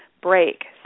break